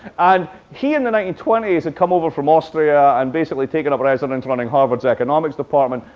and he, in the nineteen twenty s, had come over from austria and basically taken up residence running harvard's economics department.